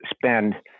spend